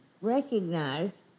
recognize